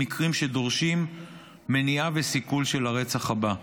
עם מקרים שדורשים מניעה וסיכול של הרצח הבא.